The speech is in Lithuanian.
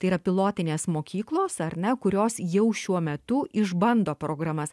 tai yra pilotinės mokyklos ar ne kurios jau šiuo metu išbando programas